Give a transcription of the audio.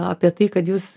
apie tai kad jūs